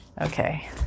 Okay